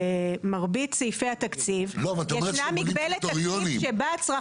במרבית סעיפי התקציב ישנה מגבלת תקציב שבה הצרכים- -- לא,